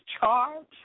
charge